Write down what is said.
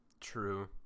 True